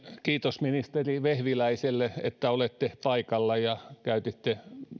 kiitos ministeri vehviläiselle että olette paikalla käytitte